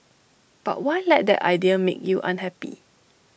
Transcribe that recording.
but why let that idea make you unhappy